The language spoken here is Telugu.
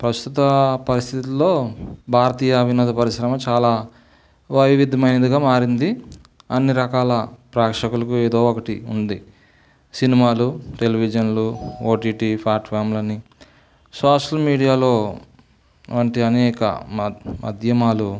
ప్రస్తుత పరిస్థితుల్లో భారతీయ వినోద పరిశ్రమ చాలా వైవిధ్యమైనదిగా మారింది అన్ని రకాల ప్రేక్షకులకు ఏదో ఒకటి ఉంది సినిమాలు టెలివిజన్లు ఒటిటి ప్లాట్ఫామ్లని సోషల్ మీడియాలో వంటి అనేక మద్ మాధ్యమాలు